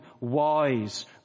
wise